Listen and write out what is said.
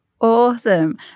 Awesome